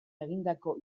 egindako